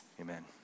amen